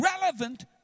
relevant